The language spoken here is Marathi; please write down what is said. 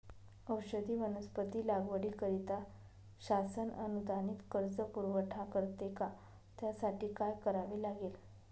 औषधी वनस्पती लागवडीकरिता शासन अनुदानित कर्ज पुरवठा करते का? त्यासाठी काय करावे लागेल?